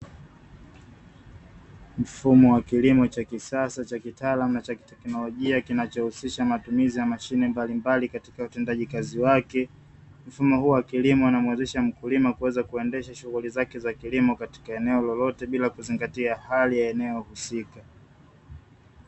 Mfumo wa kilimo cha kisasa cha kitaalamu na chaki teknolojia kinachohusisha matumizi ya mashine mbalimbali katika utendaji kazi wake, mfumo huu wa kilimowezesha mkulima kuweza kuendesha shughuli zake za kilimo katika eneo lolote bila kuzingatia hali ya eneo husika.